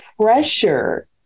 pressure